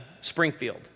Springfield